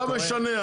לא משנה.